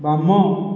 ବାମ